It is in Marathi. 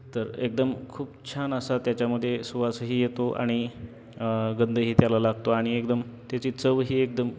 तर एकदम खूप छान असा त्याच्यामध्ये सुवासही येतो आणि गंधही त्याला लागतो आणि एकदम त्याची चवही एकदम